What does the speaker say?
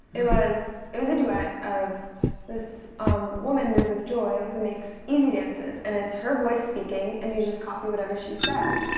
it was it was a duet of this um woman, movewithjoy, who makes easy dances. and it's her voice speaking and you just copy whatever she says.